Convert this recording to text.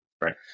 Right